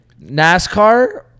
nascar